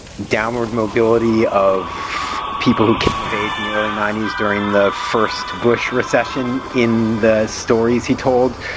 downward mobility of people who came of age in the early ninety s during the first bush recession in the stories he told.